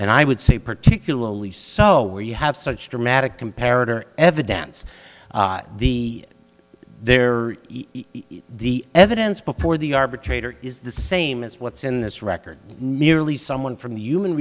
and i would say particularly so where you have such dramatic comparative evidence the there the evidence before the arbitrator is the same as what's in this record merely someone from the human